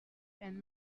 and